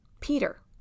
Peter